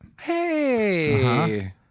Hey